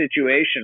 situation